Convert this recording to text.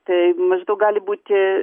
tai maždaug gali būti